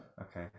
okay